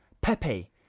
Pepe